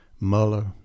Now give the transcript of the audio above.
Mueller